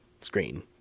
screen